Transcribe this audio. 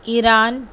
Iran